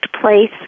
place